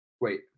Wait